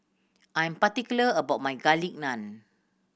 I am particular about my Garlic Naan